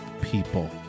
people